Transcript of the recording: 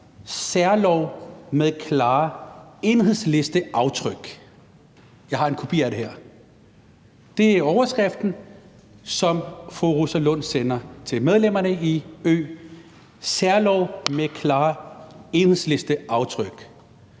Særlov med klare Enhedslisteaftryk. Jeg har en kopi af det her. Det er overskriften, som fru Rosa Lund sender til medlemmerne af Ø: Særlov med klare Enhedslisteaftryk.